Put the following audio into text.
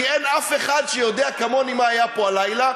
כי אין אף אחד שיודע כמוני מה היה פה הלילה.